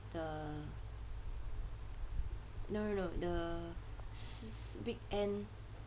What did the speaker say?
the no no no the s~ weekend